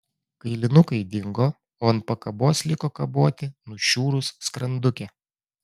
kailinukai dingo o ant pakabos liko kaboti nušiurus skrandukė